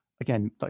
again